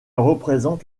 représente